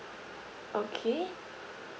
okay